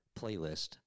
playlist